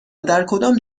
درکدام